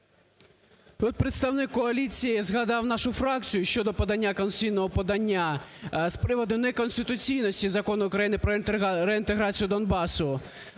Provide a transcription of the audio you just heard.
Тут представник коаліції згадав нашу фракцію щодо подання конституційного подання з приводу неконституційності Закону України про реінтеграцію Донбасу.